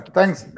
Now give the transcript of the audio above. Thanks